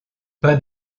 pas